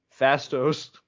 fastos